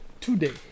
Today